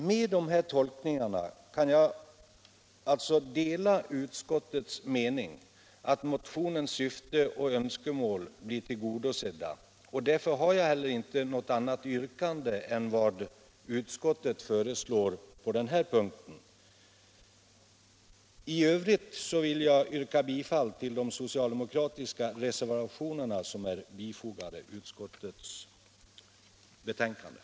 Med de här tolkningarna kan jag alltså dela utskottets mening att motionens syfte och önskemål blir tillgodosedda, och därför har jag heller inte något annat yrkande än vad utskottet föreslår på den här punkten. I övrigt ber jag att få yrka bifall till de socialdemokratiska reservationer som är bifogade utskottsbetänkandet.